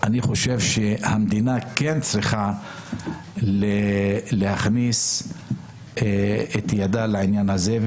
המדינה צריכה להכניס את ידה לעניין הזה.